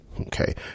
okay